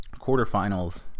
quarterfinals